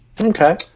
Okay